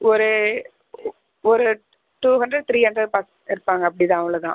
ஒரு ஒரு two hundred three hundred பாத் இருப்பாங்க அப்படி தான் அவ்வளோதான்